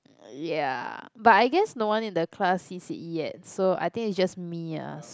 ya but I guess no one in the class sees it yet so I think is just me ah